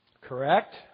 Correct